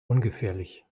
ungefährlich